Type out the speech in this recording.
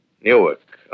Newark